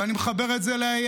ואני מחבר את זה ל-AI,